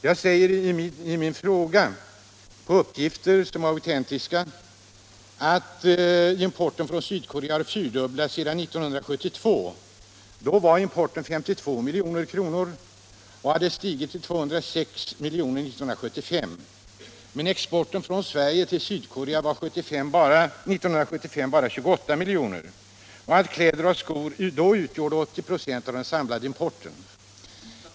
Jag säger i min fråga, på basis av autentiska uppgifter, att importen från Sydkorea har fyrdubblats sedan 1972. Då var importen 52 milj.kr. och hade 1975 stigit till 206 miljoner. Men exporten från Sverige till Sydkorea var 1975 bara 28 miljoner. Kläder och skor utgjorde då 80 96 av den samlade importen.